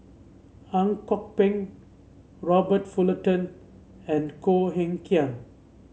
Ang Kok Peng Robert Fullerton and Koh Eng Kian